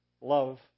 love